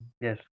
Yes